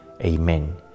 Amen